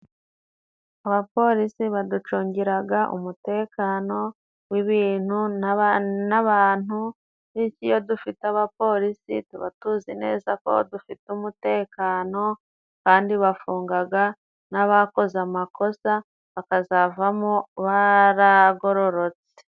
Abapolisi baducungiraga umutekano w'ibintu n'abantu, bityo iyo dufite abapolisi tuba tuzi neza ko dufite umutekano, kandi bafungaga n'abakoze amakosa, bakazavamo baragororotse.